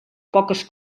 poques